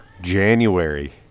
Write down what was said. January